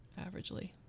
averagely